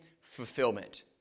fulfillment